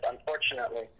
unfortunately